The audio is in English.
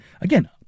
again